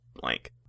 blank